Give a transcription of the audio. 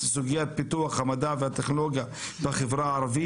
כי בסופו של דבר אם לחברה אין את ה-runway